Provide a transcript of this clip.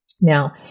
Now